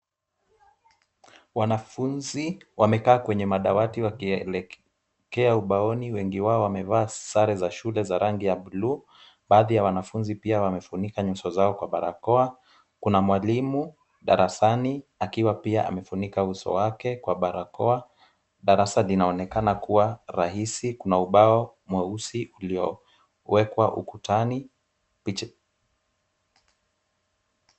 Wanafunzi wamekaa kwenye madawati wakielekea ubaoni. Wengi wao wamevaa sare za shule za rangi ya blue .Baadhi ya wanafunzi pia wamefunika nyuso zao kwa barakoa. Kuna mwalimu darasani akiwa pia amefunika uso wake kwa barakoa. Darasa linaonekana kuwa rahisi. Kuna ubao mweusi uliowekwa ukutani. Picha